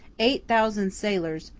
eight thousand sailors,